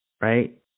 right